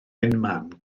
unman